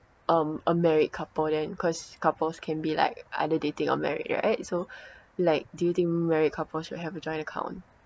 um a married couple then cause couples can be like either dating or married right so like do you think married couples should have a joint account